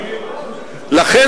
לכן,